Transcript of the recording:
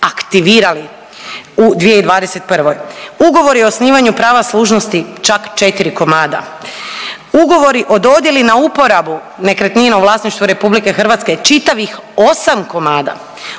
aktivirali u 2021. Ugovori o osnivanju prava služnosti čak 4 komada. Ugovori o dodjeli na uporabu nekretnina u vlasništvu RH čitavih 8 komada.